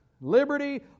liberty